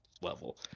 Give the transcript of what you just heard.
level